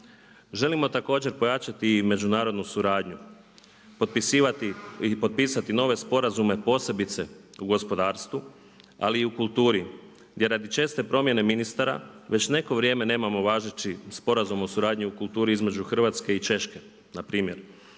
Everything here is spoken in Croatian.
Želimo također pojačati i međunarodnu suradnju, potpisivati ili potpisati nove sporazume posebice u gospodarstvu ali i u kulturi gdje radi česte promjene ministara već neko vrijeme nemamo važeći sporazum o suradnji u kulturi između Hrvatske i Češke npr.